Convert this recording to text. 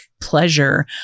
pleasure